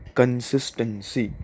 consistency